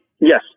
Yes